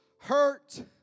Hurt